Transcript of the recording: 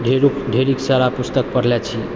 ढ़ेरो ढ़ेरी सारा पुस्तक पढ़लै छी